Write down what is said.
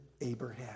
Abraham